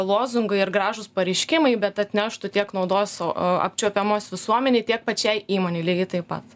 lozungai ir gražūs pareiškimai bet atneštų tiek naudos o o apčiuopiamos visuomenei tiek pačiai įmonei lygiai taip pat